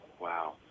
Wow